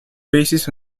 basis